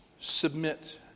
Submit